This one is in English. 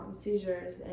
seizures